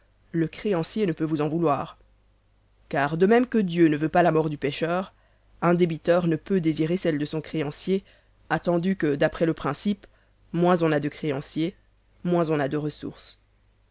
le créancier ne peut vous en vouloir car de même que dieu ne veut pas la mort du pécheur un débiteur ne peut désirer celle de son créancier attendu que d'après le principe moins on a de créanciers moins on a de ressources